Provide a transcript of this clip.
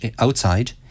outside